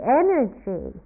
energy